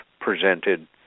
presented